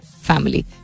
family